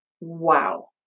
Wow